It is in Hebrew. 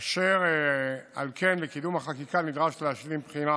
אשר על כן, לקידום החקיקה נדרש להשלים בחינה